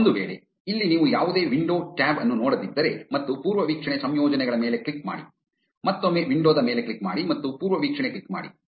ಒಂದು ವೇಳೆ ಇಲ್ಲಿ ನೀವು ಯಾವುದೇ ವಿಂಡೋ ಟ್ಯಾಬ್ ಅನ್ನು ನೋಡದಿದ್ದರೆ ಮತ್ತು ಪೂರ್ವವೀಕ್ಷಣೆ ಸಂಯೋಜನೆಗಳ ಮೇಲೆ ಕ್ಲಿಕ್ ಮಾಡಿ ಮತ್ತೊಮ್ಮೆ ವಿಂಡೋದ ಮೇಲೆ ಕ್ಲಿಕ್ ಮಾಡಿ ಮತ್ತು ಪೂರ್ವವೀಕ್ಷಣೆ ಕ್ಲಿಕ್ ಮಾಡಿ